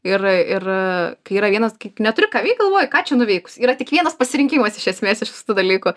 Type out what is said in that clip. ir ir kai yra vienas kaip neturi ką veik galvoji ką čia nuveikus yra tik vienas pasirinkimas iš esmės iš šitų dalykų